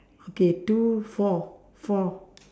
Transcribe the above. okay two four four